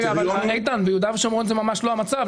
אבל ביהודה ושומרון זה ממש לא המצב.